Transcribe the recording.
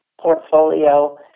portfolio